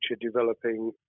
developing